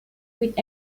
with